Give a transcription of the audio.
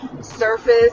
Surface